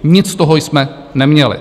Nic z toho jsme neměli.